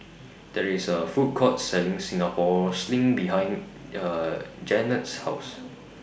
There IS A Food Court Selling Singapore Sling behind Jannette's House